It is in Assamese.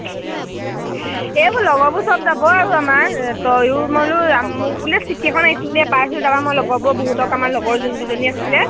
এইবোৰ লগৰবোৰ চব যাব আৰু আমাৰ তয়ো মোক বোলে চিঠি এখন আহিছিলে দেই তাৰ পৰা মই লগৰ বহুতক আমাৰ লগৰ যোনকেইজনী আছিলে